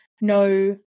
No